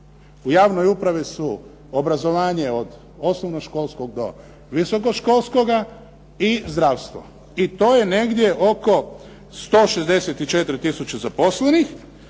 U javnoj upravi su obrazovanje od osnovnoškolskog do visokoškolskoga i zdravstvo. I to je negdje oko 164 tisuće zaposlenih